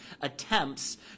attempts